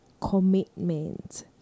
commitment